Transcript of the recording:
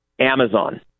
Amazon